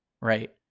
right